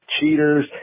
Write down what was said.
Cheaters